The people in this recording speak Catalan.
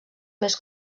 més